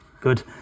good